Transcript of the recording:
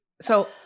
So-